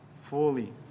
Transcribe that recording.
fully